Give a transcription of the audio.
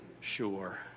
sure